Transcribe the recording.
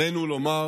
עלינו לומר